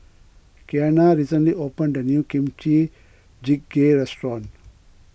Keanna recently opened a new Kimchi Jjigae restaurant